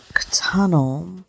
Tunnel